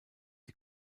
die